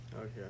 Okay